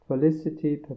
Felicity